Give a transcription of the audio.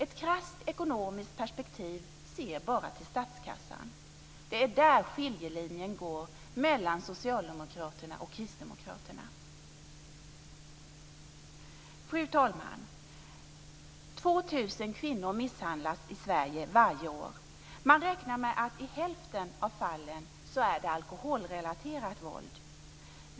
Ett krasst ekonomiskt perspektiv ser bara till statskassan. Det är där skiljelinjen går mellan Socialdemokraterna och Kristdemokraterna. Fru talman! 2 000 kvinnor misshandlas i Sverige varje år. Man räknar med att i hälften av fallen är det alkoholrelaterat våld.